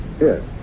Yes